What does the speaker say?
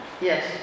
Yes